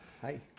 Hi